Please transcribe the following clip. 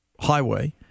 highway